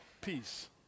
peace